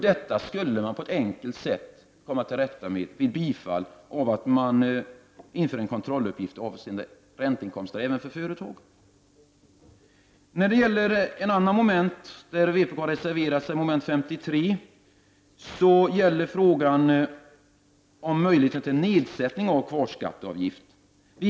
Detta skulle man på ett enkelt sätt kunna komma till rätta med, om man biföll yrkandet i reservationen om införande av kontrolluppgifter även för företag. Vpk har reserverat sig beträffande mom. 53. Här gäller frågan nedsättning av kvarskatteavgift.